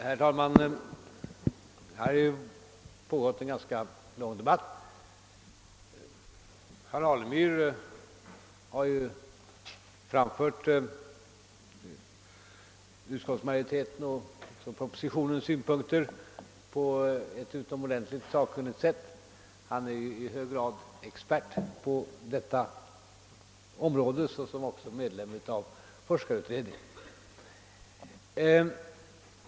Herr talman! Här har pågått en ganska lång debatt. Herr Alemyr har framfört utskottsmajoritetens och propositionens synpunkter på ett utomordentligt sakkunnigt sätt. Han är ju i hög grad expert på detta område och även ledamot av forskarutredningen.